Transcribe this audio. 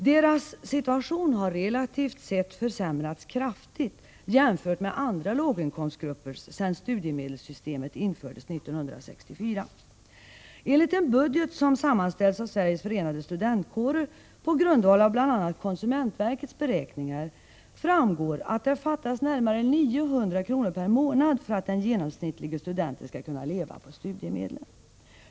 Deras situation har relativt sett försämrats kraftigt jämfört med andra låginkomstgruppers sedan studiemedelssystemet infördes 1964. Av en budget som sammanställts av Sveriges förenade studentkårer på grundval av bl.a. konsumentverkets beräkningar framgår att det fattas närmare 900 kr. per månad för att den genomsnittlige studenten skall kunna leva på studiemedlen.